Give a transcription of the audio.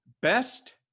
Best